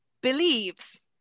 believes